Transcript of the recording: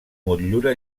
motllura